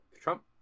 Trump